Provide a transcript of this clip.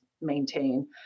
maintain